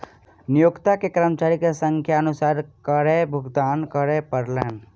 नियोक्ता के कर्मचारी के संख्या अनुसार कर भुगतान करअ पड़लैन